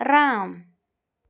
Ram